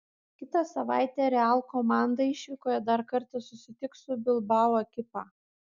kitą savaitę real komanda išvykoje dar kartą susitiks su bilbao ekipa